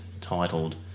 titled